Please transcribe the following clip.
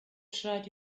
should